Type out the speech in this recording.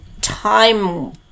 time